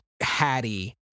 Hattie